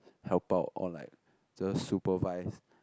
help out or like just supervise